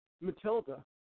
Matilda